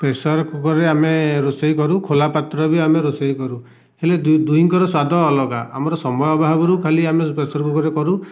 ପ୍ରେସରକୁକରରେ ଆମେ ରୋଷେଇ କରୁ ଖୋଲା ପାତ୍ରରେ ବି ଆମେ ରୋଷେଇ କରୁ ହେଲେ ଦୁହିଁଙ୍କର ସ୍ବାଦ ଅଲଗା ଆମର ସମୟ ଅଭାବରୁ ପ୍ରେସରକୁକରରେ କରୁ